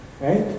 Right